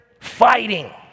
fighting